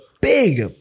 big